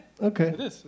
Okay